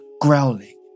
growling